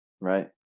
Right